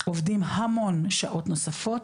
עובדים המון שעות נוספות,